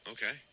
Okay